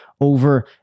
over